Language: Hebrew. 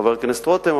חבר הכנסת רותם,